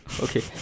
okay